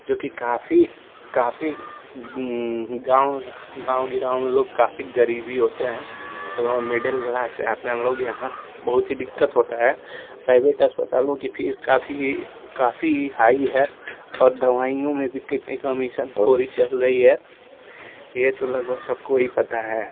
जो की काफी काफी गाँव गाँव गिराओं में लोग काफी गरीबी होते हैं लोग मिडल क्लास से आते हैं लोग यहाँ बहुत ही दिक्कत होता है प्राइभेट अस्पतालों की फीस काफी काफी हाई है और दवाइयों में भी कितनी कमिसनखोरी चल रही है ये तो लगभग सबको ही पता है